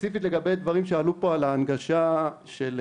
ספציפית לגבי דברים שעלו פה על הנגשה מלאה,